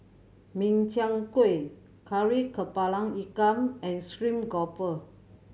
Min Chiang Kueh Kari Kepala Ikan and stream grouper